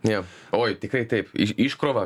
jo oi tikrai taip iš iškrova